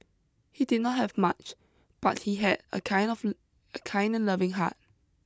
he did not have much but he had a kind of a kind and loving heart